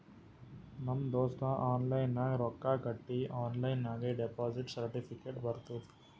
ನಮ್ ದೋಸ್ತ ಆನ್ಲೈನ್ ನಾಗ್ ರೊಕ್ಕಾ ಕಟ್ಟಿ ಆನ್ಲೈನ್ ನಾಗೆ ಡೆಪೋಸಿಟ್ ಸರ್ಟಿಫಿಕೇಟ್ ಬರ್ತುದ್